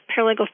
paralegal